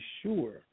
sure